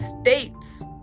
states